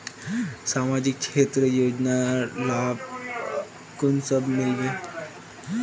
सामाजिक क्षेत्र योजनार लाभ कुंसम मिलबे?